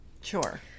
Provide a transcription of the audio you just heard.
Sure